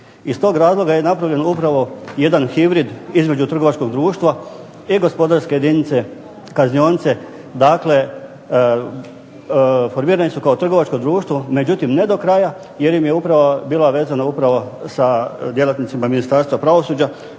Iz tog razloga je napravljen upravo jedan hibrid između trgovačkog društva i gospodarske jedinice kaznionice, dakle formirani su kao trgovačko društvo, međutim ne do kraja jer im je uprava bila vezana upravo sa djelatnicima Ministarstva pravosuđa